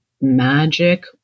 magic